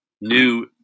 new